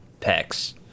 pecs